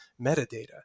metadata